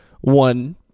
one